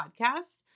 podcast